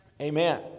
Amen